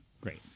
Great